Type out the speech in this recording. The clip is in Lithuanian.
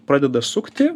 pradeda sukti